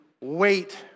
wait